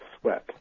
sweat